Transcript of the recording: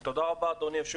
תודה, אדוני.